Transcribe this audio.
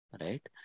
right